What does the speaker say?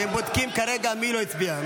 הם בודקים מי לא הצביע.